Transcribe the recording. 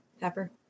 Pepper